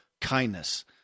kindness